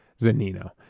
Zanino